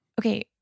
Okay